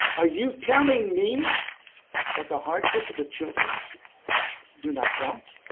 are you telling me that the hardships of the children do not count?